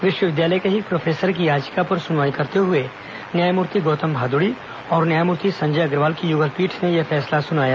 विश्वविद्यालय के ही एक प्रोफेसर की याचिका पर सुनवाई करते हुए न्यायमूर्ति गौतम भादुड़ी और न्यायमूर्ति संजय अग्रवाल की युगल पीठ ने यह फैसला सुनाया